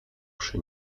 przy